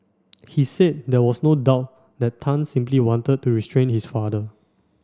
he said there was no doubt that Tan simply wanted to restrain his father